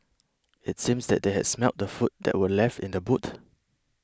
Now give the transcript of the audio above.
it seemed that they had smelt the food that were left in the boot